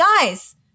Guys